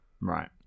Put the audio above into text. Right